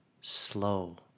Slow